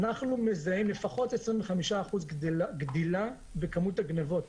אנחנו מזהים לפחות 25% גדילה בכמות הגניבות.